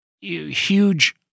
huge